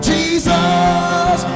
Jesus